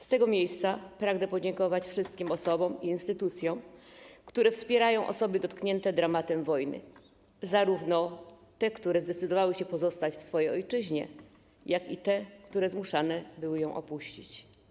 Z tego miejsca pragnę podziękować wszystkim osobom i instytucjom, które wspierają osoby dotknięte dramatem wojny, zarówno te osoby, które zdecydowały się pozostać w swojej ojczyźnie, jak i te, które zmuszone były ją opuścić.